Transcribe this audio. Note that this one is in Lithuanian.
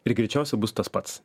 ir greičiausiai bus tas pats